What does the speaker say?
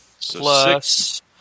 plus